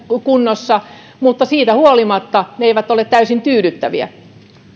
kunnossa mutta siitä huolimatta ne eivät ole täysin tyydyttäviä